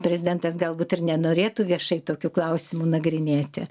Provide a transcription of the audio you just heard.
prezidentas galbūt ir nenorėtų viešai tokių klausimų nagrinėti